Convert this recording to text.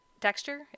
Texture